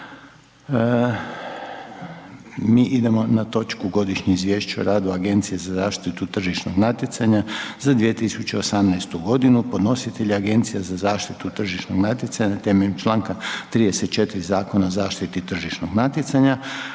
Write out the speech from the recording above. Mi idemo na točku: - Godišnje izvješće o radu Agencije za zaštitu tržišnog natjecanja za 2018. godinu Podnositelj je Agencija za zaštitu tržišnog natjecanja temeljem čl. 34. Zakona o zaštiti tržišnog natjecanja.